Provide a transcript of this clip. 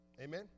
Amen